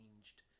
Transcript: changed